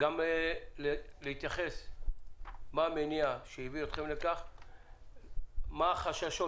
גם להתייחס לסיבות שהביאו אתכם לכך ומה החששות